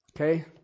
Okay